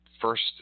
First